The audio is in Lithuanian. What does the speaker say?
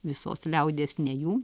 visos liaudies ne jų